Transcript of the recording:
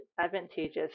advantageous